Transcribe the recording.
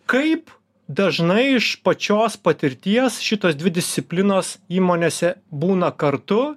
kaip dažnai iš pačios patirties šitos dvi disciplinos įmonėse būna kartu